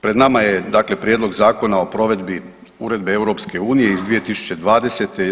Pred nama je dakle Prijedlog Zakona o provedbi Uredbe EU iz 2020/